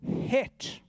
hit